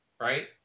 right